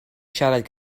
siarad